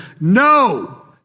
No